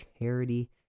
charity